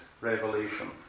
revelation